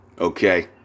Okay